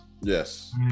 Yes